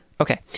Okay